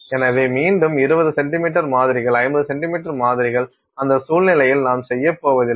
எனவே மீண்டும் 20 சென்டிமீட்டர் மாதிரிகள் 50 சென்டிமீட்டர் மாதிரிகள் அந்த சூழ்நிலையில் நாம் செய்யப் போவதில்லை